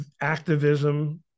activism